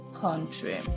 country